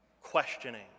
questioning